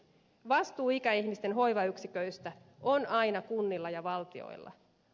vastuu ikäihmisten hoivayksiköistä on aina kunnilla ja valtiolla